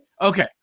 Okay